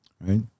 right